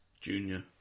junior